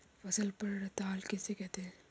फसल पड़ताल किसे कहते हैं?